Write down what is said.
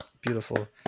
beautiful